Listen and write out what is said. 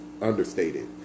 understated